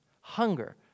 hunger